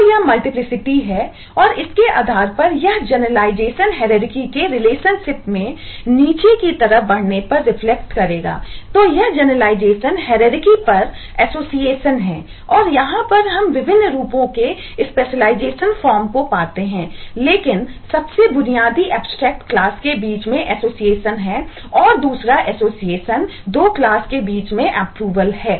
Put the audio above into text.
तो यह मल्टीपलीसिटी है है